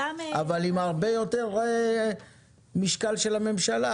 אבל עם הרבה יותר משקל של הממשלה,